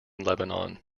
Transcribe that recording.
lebanon